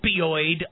opioid